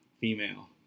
female